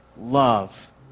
Love